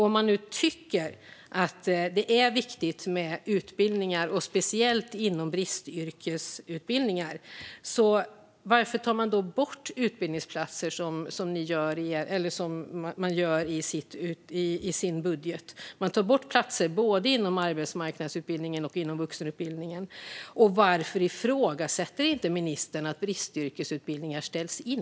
Om man nu tycker att det är viktigt med utbildning, speciellt bristyrkesutbildningar, varför tar man då bort utbildningsplatser, som ni gör i er budget? Man tar bort platser inom både arbetsmarknadsutbildningen och vuxenutbildningen. Och varför ifrågasätter inte ministern att bristyrkesutbildningar ställs in?